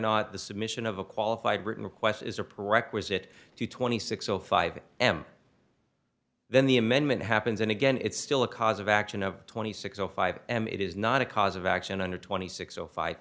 not the submission of a qualified written request is a prerequisite to twenty six zero five m then the amendment happens and again it's still a cause of action of twenty six o five and it is not a cause of action under twenty six o five